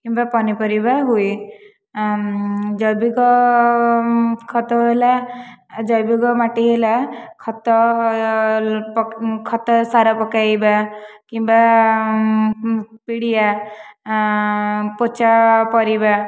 ବା ପନିପରିବା ହୁଏ ଜୈବିକ ଖତ ହେଲା ଜୈବିକ ମାଟି ହେଲା ଖତ ଖତ ସାର ପକାଇବା କିମ୍ବା ପିଡ଼ିଆ ଦେଚା ପରିବା